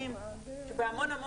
פעולה.